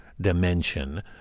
dimension